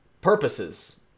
purposes